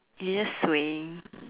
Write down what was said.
you're just swaying